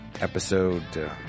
Episode